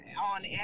on